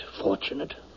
fortunate